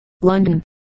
London